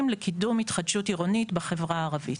לקידום התחדשות עירונית בחברה הערבית.